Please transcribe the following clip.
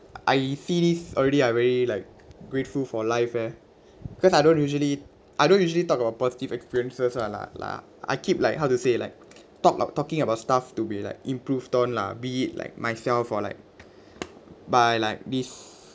I see this already I very like grateful for life eh because I don't usually I don't usually talk about positive experiences ah lah lah I keep like how to say like talk about talking about stuff to be like improved on lah be it like myself or like by like this